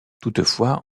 toutefois